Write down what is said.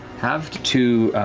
halved to